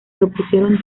propusieron